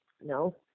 No